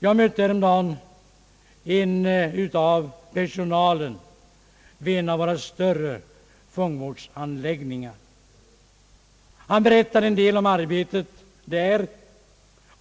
Jag träffade en man, en av personalen vid en av våra större fångvårdsanläggningar, som berättade en del om arbetet där.